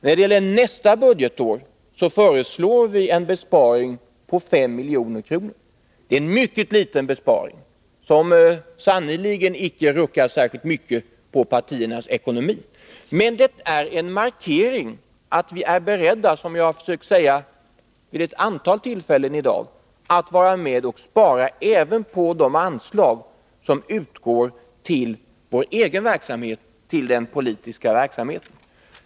När det gäller nästa budgetår föreslår vi en besparing på 5 milj.kr. Det är en mycket liten besparing, som sannerligen inte ruckar särskilt mycket på partiernas ekonomi. Men det är en markering att vi är beredda — som jag har försökt säga vid ett antal tillfällen i dag — att vara med och spara även på de anslag som utgår till vår egen politiska verksamhet.